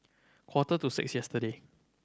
quarter to six yesterday